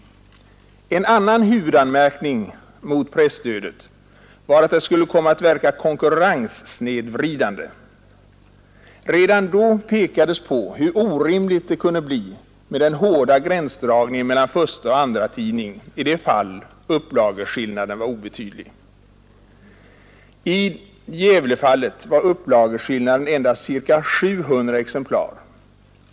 En annan huvudanmärkning mot presstödet var att det skulle komma att verka konkurrenssnedvridande. Redan då pekades på hur orimligt det kunde bli med den hårda gränsdragningen mellan förstaoch andratidning i det fall upplageskillnaden var obetydlig. I ”Gävlefallet” var upplageskillnaden endast ca 700 exemplar.